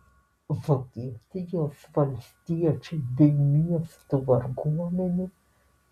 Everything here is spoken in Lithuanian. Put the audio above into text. vokietijos valstiečiai bei miestų varguomenė